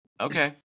Okay